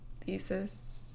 thesis